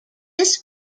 this